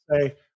say